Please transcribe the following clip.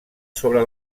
sobre